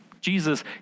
Jesus